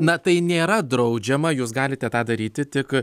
na tai nėra draudžiama jūs galite tą daryti tik